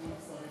ההצעה